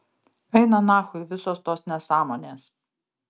eina nachui visos tos nesąmonės